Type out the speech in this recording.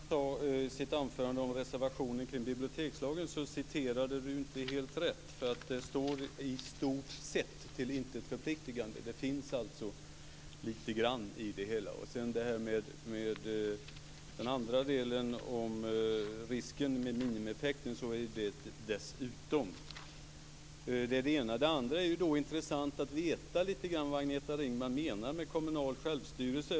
Fru talman! Agneta Ringman talade i sitt anförande om reservationen kring bibliotekslagen men citerade inte helt rätt. Det står att bibliotekslagen "i stort sett" är till intet förpliktande. Det finns alltså lite grann i det hela. Den andra delen gällde risken för att effekten blir att kommunerna lägger sig på miniminivån. Jag vill säga att vi använder ordet "dessutom". Det är intressant att veta lite grann om vad Agneta Ringman menar med kommunal självstyrelse.